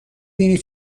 بینی